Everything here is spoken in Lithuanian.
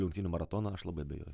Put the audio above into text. rungtynių maratoną aš labai abejoju